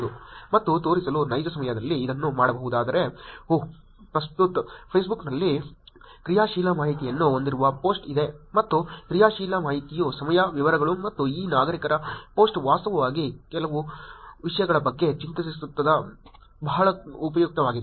ಮತ್ತು ತೋರಿಸಲು ನೈಜ ಸಮಯದಲ್ಲಿ ಇದನ್ನು ಮಾಡಬಹುದಾದರೆ ಓಹ್ ಪ್ರಸ್ತುತ ಫೇಸ್ಬುಕ್ನಲ್ಲಿ ಕ್ರಿಯಾಶೀಲ ಮಾಹಿತಿಯನ್ನು ಹೊಂದಿರುವ ಪೋಸ್ಟ್ ಇದೆ ಮತ್ತು ಕ್ರಿಯಾಶೀಲ ಮಾಹಿತಿಯು ಸಮಯ ವಿವರಗಳು ಮತ್ತು ಈ ನಾಗರಿಕರ ಪೋಸ್ಟ್ ವಾಸ್ತವವಾಗಿ ಕೆಲವು ವಿಷಯಗಳ ಬಗ್ಗೆ ಚಿಂತಿಸುತ್ತಿದೆ ಬಹಳ ಉಪಯುಕ್ತವಾಗಿದೆ